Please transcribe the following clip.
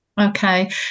Okay